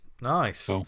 Nice